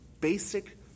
basic